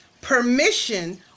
permission